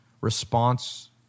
response